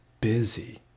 busy